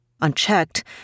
Unchecked